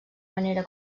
manera